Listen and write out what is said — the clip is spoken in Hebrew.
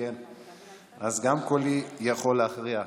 אז גם קולי יכול להכריע,